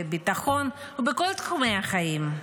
בביטחון ובכל תחומי החיים.